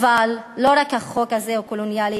אבל לא רק החוק הזה הוא קולוניאלי,